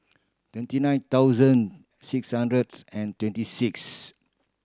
twenty nine thousand six hundreds and twenty six